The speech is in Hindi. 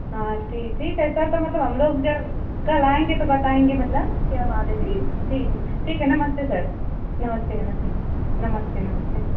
हाँ ठीक ठीक है सर तो मतलब हम लोग जब कल आएंगे तो बताएंगे मतलब क्या ठीक है ठीक है नमस्ते सर नमस्ते नमस्ते